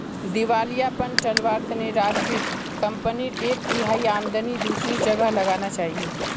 दिवालियापन टलवार तने राजीवक कंपनीर एक तिहाई आमदनी दूसरी जगह लगाना चाहिए